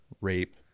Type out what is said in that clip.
rape